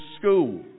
school